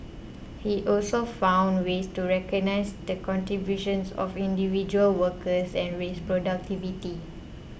he also found ways to recognise the contributions of individual workers and raise productivity